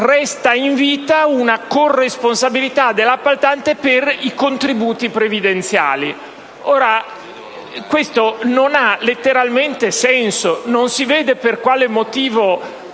resta in vita una corresponsabilita dell’appaltante per i contributi previdenziali.